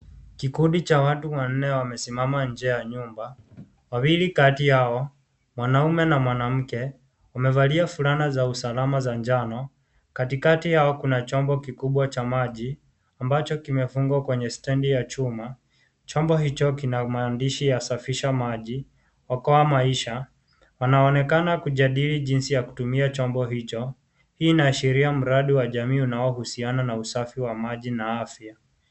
Kikundi cha watu wanne wamesimama nje ya nyumba, wawili kati yao mwanaume na mwanake wamevalia fulana za usalama za njano katikati yao kuna chombo kikubwa cha maji ambacho kimefungwa kwenye stendi ya chuma. Chombo hicho kina maandishi ya safisha maji , okoa maisha. Wanaonekana kujadili jinsi ya kutumia chombo hicho . Hii inaashiria mradi wa jamii unaohusiana na usafi wa maji na afya.